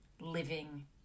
living